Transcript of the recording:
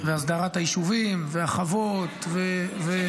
והסדרת היישובים והחוות --- תקים